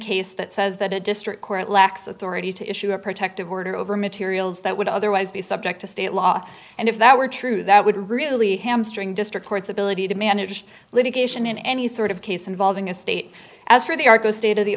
case that says that a district court lacks authority to issue a protective order over materials that would otherwise be subject to state law and if that were true that would really hamstring district courts ability to manage litigation in any sort of case involving a state as for the arco state of the